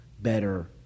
better